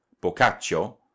Boccaccio